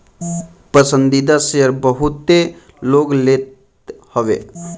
पसंदीदा शेयर बहुते लोग लेत हवे